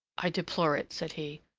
i deplore it, said he.